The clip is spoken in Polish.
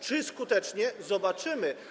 Czy skutecznie - zobaczymy.